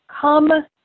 come